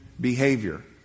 behavior